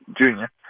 junior